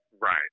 Right